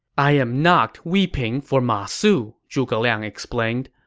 i am not weeping for ma su, zhuge liang explained.